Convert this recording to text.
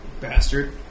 Bastard